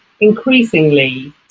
increasingly